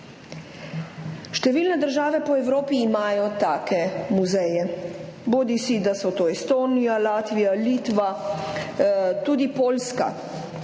Številne države po Evropi imajo take muzeje, bodisi Estonija, Latvija, Litva, tudi Poljska,